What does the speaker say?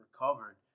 recovered